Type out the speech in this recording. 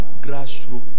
grassroots